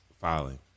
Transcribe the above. filing